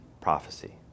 prophecy